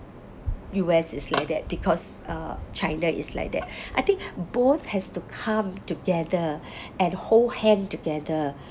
U_S is like that because uh china is like that I think both has to come together and hold hand together